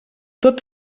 tot